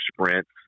sprints